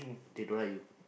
they don't like you